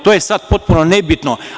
To je sad potpuno nebitno.